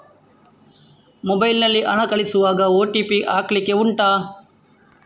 mobile ನಲ್ಲಿ ಹಣ ಕಳಿಸುವಾಗ ಓ.ಟಿ.ಪಿ ಹಾಕ್ಲಿಕ್ಕೆ ಉಂಟಾ